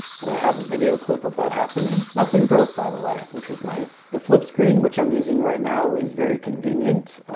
and i have a video clip of that happening. nothing broke, by the way, which was nice. the flip screen, which i'm using right now is very convenient.